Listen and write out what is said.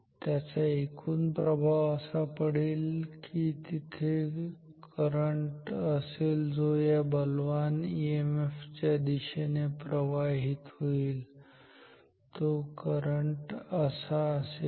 त्याचा एकूण प्रभाव अशा पडेल की तिथे एक करंट असेल जो या बलवान ईएमएफ च्या दिशेने प्रवाहित होईल तो करंट असा असेल